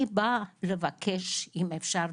אני באה לבקש אם אפשר,